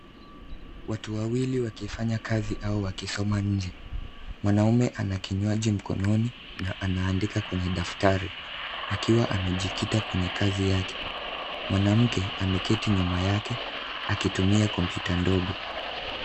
Watu wawili wakifanya kazi au kusoma inje. Mwanaume ana kinywaji mkononi na anaandika kwenye daftari akiwa amejikita kwenye kazi yake. Mwanamke ameketi nyuma yake akitumia kompyuta ndogo.